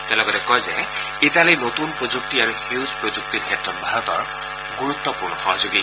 তেওঁ লগতে কয় যে ইটালী নতুন প্ৰযুক্তি আৰু সেউজ প্ৰযুক্তিৰ ক্ষেত্ৰত ভাৰতৰ গুৰুত্বপূৰ্ণ সহযোগী